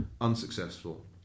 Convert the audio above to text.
unsuccessful